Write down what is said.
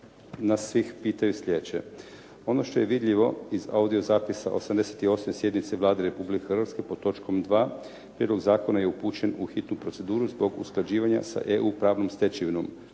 nas svih pitaju slijedeće. Ono što je vidljivo iz ovdje zapisa 88. sjednice Vlade Republike Hrvatske pod točkom 2. prijedlog zakona je upućen u hitnu proceduru zbog usklađivanja sa EU pravnom stečevinom.